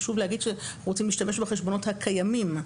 חשוב להגיד שאנחנו רוצים להשתמש בחשבונות הקיימים.